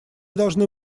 должны